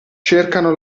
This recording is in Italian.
cercano